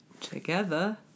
together